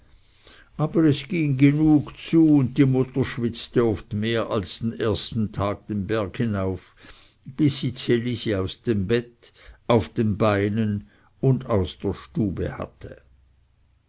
aber es ging genug zu und die mutter schwitzte oft mehr als den ersten tag den berg auf bis sie ds elisi aus dem bett auf den beinen und aus der stube hatte